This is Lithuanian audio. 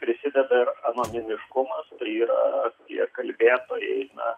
prisideda ir anonimiškumas yra tie kalbėtojai na